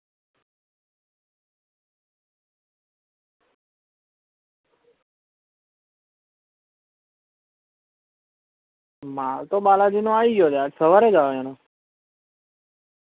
મારે તો બાલાજીનો આવી ગયો છે યાર સવારે જ આવ્યો એનો